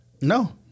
No